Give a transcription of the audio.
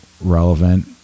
relevant